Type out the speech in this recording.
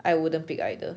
I wouldn't pick either